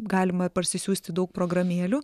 galima parsisiųsti daug programėlių